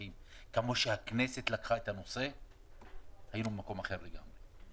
הדרכים כמו שהכנסת לקחה את הנושא היינו במקום אחר לגמרי.